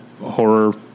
horror